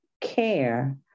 care